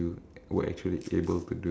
which sport then